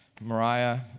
Mariah